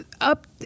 up